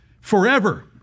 forever